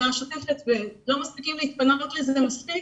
השוטפת ולא מספיקים להתפנות לזה מספיק.